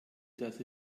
dass